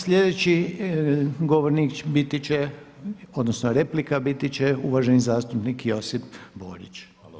Sljedeći govornik biti će, odnosno replika biti će uvaženi zastupnik Josip Borić.